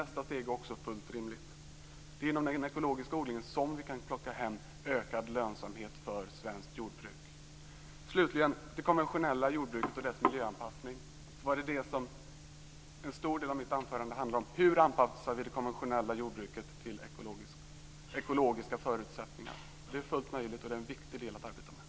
Nästa steg är också fullt rimligt. Det är nämligen inom den ekologiska odlingen som vi kan ta hem en ökad lönsamhet för svenskt jordbruk. Slutligen handlar det om det konventionella jordbruket och dess miljöanpassning. Men en stor del av mitt huvudanförande handlade just om hur vi anpassar det konventionella jordbruket till ekologiska förutsättningar. Det är fullt möjligt, och det är en viktig del att arbeta med.